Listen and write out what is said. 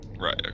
Right